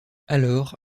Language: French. alors